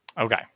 Okay